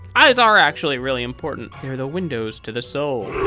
eyes are actually really important, they're the windows to the soul.